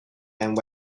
and